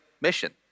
mission